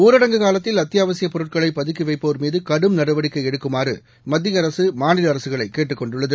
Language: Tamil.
ஊரடங்கு காலத்தில் அத்தியாவசிய பொருட்களை பதுக்கி வைப்போர் மீது அகடும் நடவடிக்கை எடுக்குமாறு மத்திய அரசு மாநில அரசுகளை கேட்டுக்கொண்டுள்ளது